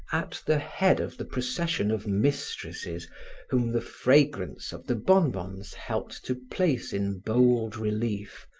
at the head of the procession of mistresses whom the fragrance of the bonbons helped to place in bold relief,